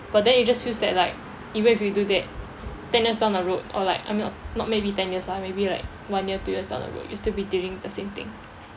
but then it just feels that like even if you do that ten years down the road or like I me~ not maybe ten years ah maybe like one year two years down the road you'll still be dealing with the same thing